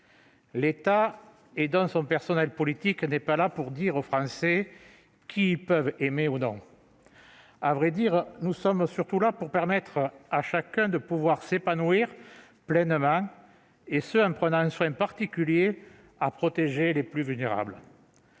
l'État et son personnel politique ne sont pas là pour dire aux Français qui ils peuvent aimer ou non. À vrai dire, nous sommes surtout là pour permettre à chacun de s'épanouir pleinement, et cela en prenant un soin particulier à protéger les plus vulnérables.